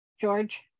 George